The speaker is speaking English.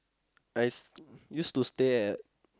I used to stay at